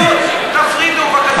לא, תפרידו בבקשה.